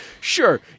Sure